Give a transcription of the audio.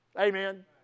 Amen